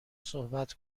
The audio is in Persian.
صحبت